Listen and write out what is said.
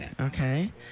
okay